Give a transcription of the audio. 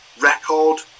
record